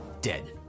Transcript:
dead